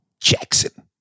Jackson